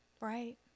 Right